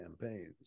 campaigns